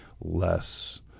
less